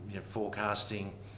forecasting